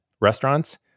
restaurants